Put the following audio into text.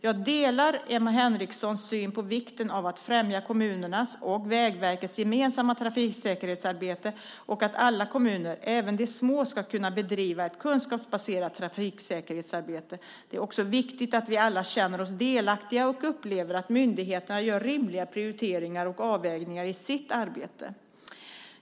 Jag delar Emma Henrikssons syn på vikten av att främja kommunernas och Vägverkets gemensamma trafiksäkerhetsarbete och att alla kommuner, även de små, ska kunna bedriva ett kunskapsbaserat trafiksäkerhetsarbete. Det är också viktigt att vi alla känner oss delaktiga och upplever att myndigheterna gör rimliga prioriteringar och avvägningar i sitt arbete.